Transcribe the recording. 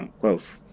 close